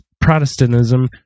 Protestantism